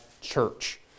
church